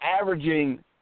averaging